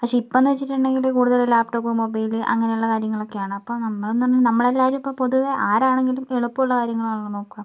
പക്ഷേ ഇപ്പൊന്നു വെച്ചിട്ടുണ്ടെങ്കില് കൂടുതൽ ലാപ്ടോപ്പ് മൊബൈൽ അങ്ങനെയുള്ള കാര്യങ്ങളൊക്കെയാണ് അപ്പൊൾ നമ്മളെന്ന് പറഞ്ഞ നമ്മളെല്ലാരും ഇപ്പൊൾ പൊതുവേ ആരാണെങ്കിലും എളുപ്പമുള്ള കാര്യങ്ങളാണല്ലോ നോക്കുക